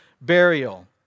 burial